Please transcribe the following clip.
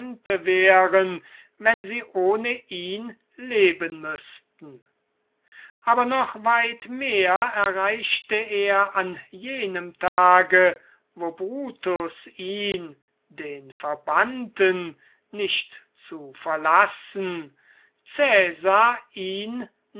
wären wenn sie ohne ihn leben müßten aber noch weit mehr erreichte er an jenem tage wo brutus ihn den verbannten nicht zu verlassen cäsar ihn